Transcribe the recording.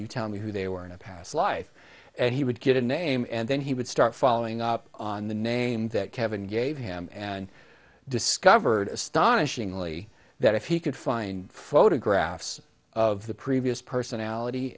you tell me who they were in a past life and he would get a name and then he would start following up on the name that kevin gave him and discovered astonishingly that if he could find photographs of the previous personality